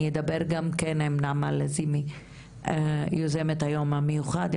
אני אדבר גם כן עם חברת הכנסת נעמה לזימי שהיא יוזמן היום המיוחד,